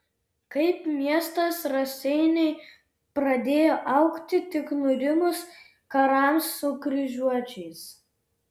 kaip miestas raseiniai pradėjo augti tik nurimus karams su kryžiuočiais